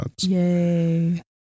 Yay